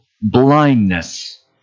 blindness